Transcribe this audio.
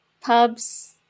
pubs